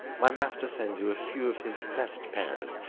my master sends you a few of his best pears,